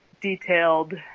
detailed